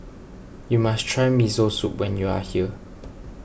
you must try Miso Soup when you are here